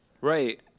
Right